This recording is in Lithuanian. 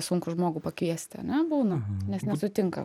sunku žmogų pakviesti ane būna nes nesutinka